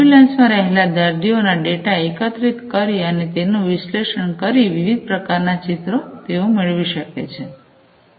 એમ્બ્યુલન્સમાં રહેલા દર્દીઓના ડેટા એકત્રિત કરી અને તેનું વિશ્લેષણ કરી વિવિધ પ્રકારનાં ચિત્રો તેઓ મેળવી શકે છે